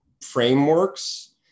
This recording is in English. frameworks